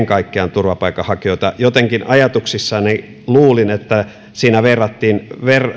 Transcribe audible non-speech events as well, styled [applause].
[unintelligible] kaikkiaan turvapaikanhakijoita jotenkin ajatuksissani luulin että siinä verrattiin